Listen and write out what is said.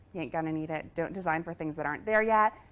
you ain't gonna need it. don't design for things that aren't there yet.